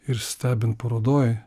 ir stebint parodoj